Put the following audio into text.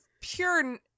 pure